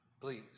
Please